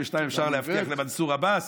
52 אפשר להבטיח למנסור עבאס,